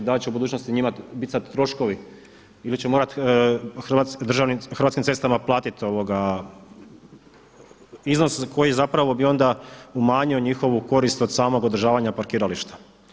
Da li će u budućnosti njima biti sada troškovi ili će morati Hrvatskim cestama platiti iznos koji zapravo bi onda umanjio njihovu korist od samog održavanja parkirališta?